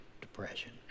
depression